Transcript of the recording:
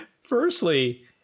Firstly